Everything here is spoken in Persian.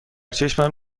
چشمم